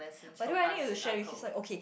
by the way I need to share it with you it's like okay